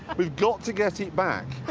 we've got to get it back.